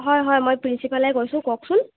হয় হয় মই প্ৰীন্সিপালে কৈছোঁ কওকচোন